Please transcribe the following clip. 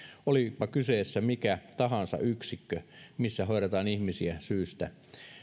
olipa kyseessä mikä tahansa yksikkö missä hoidetaan ihmisiä syystä